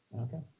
okay